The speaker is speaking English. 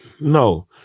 No